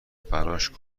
براش